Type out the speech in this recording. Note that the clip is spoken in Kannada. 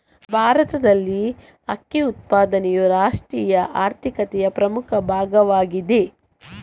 ಭಾರತದಲ್ಲಿ ಅಕ್ಕಿ ಉತ್ಪಾದನೆಯು ರಾಷ್ಟ್ರೀಯ ಆರ್ಥಿಕತೆಯ ಪ್ರಮುಖ ಭಾಗವಾಗಿದೆ